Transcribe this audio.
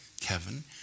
Kevin